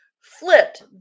flipped